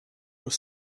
were